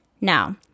Now